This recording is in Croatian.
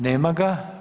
Nema ga.